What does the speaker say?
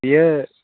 बेयो